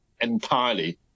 entirely